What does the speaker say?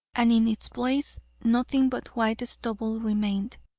and in its place nothing but white stubble remained.